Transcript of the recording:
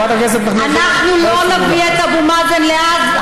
חברת הכנסת נחמיאס, לא הפריעו לך.